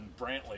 Brantley